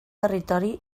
territori